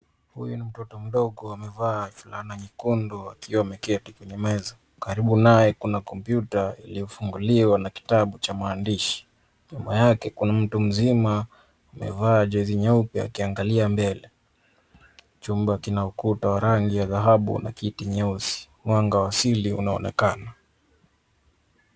Huyu ni mtoto mdogo amevaa fulana nyekundu akiwa ameketi kwenye meza. Karibu naye kuna kompyuta iliyofunguliwa na kitabu cha maandishi. Nyuma yake kuna mtu mzima amevaa jezi nyeupe akiangalia mbele. Chumba kina ukuta wa rangi ya dhahabu na kiti nyeusi. Mwanga wa asili unaonekana.